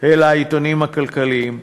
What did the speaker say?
אל העיתונים הכלכליים: